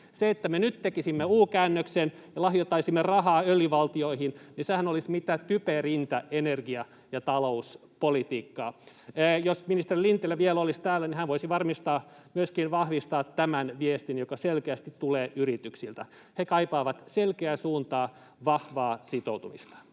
Se, että me nyt tekisimme U-käännöksen ja lahjoittaisimme rahaa öljyvaltioihin — sehän olisi mitä typerintä energia- ja talouspolitiikkaa. Jos ministeri Lintilä vielä olisi täällä, hän voisi myöskin vahvistaa tämän viestin, joka selkeästi tulee yrityksiltä. He kaipaavat selkeää suuntaa, vahvaa sitoutumista.